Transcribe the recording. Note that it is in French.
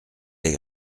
les